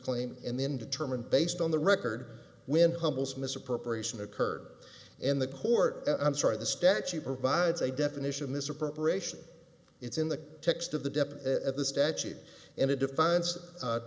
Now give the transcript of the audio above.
claim and then determine based on the record when humbles misappropriation occurred in the court i'm sorry the statute provides a definition of misappropriation it's in the text of the depth of the statute and it defines